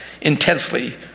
intensely